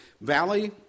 valley